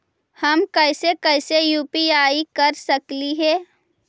हम कैसे कैसे यु.पी.आई कर सकली हे?